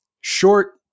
short